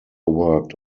worked